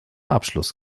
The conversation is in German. abschluss